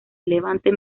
levante